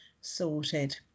sorted